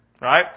right